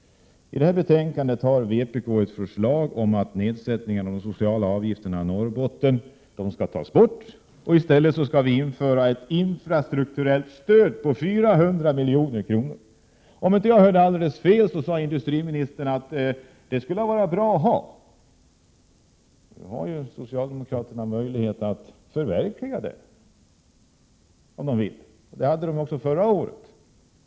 I arbetsmarknadsutskottets betänkande 13 har vpk föreslagit att nedsättningen av de sociala avgifterna i Norrbotten skall tas bort. I stället vill vi införa ett infrastrukturellt stöd på 400 milj.kr. Industriministern sade att ett sådant stöd vore bra att ha, om jag inte hörde alldeles fel. Nu har socialdemokraterna möjlighet att förverkliga detta. Denna möjlighet fanns också förra året.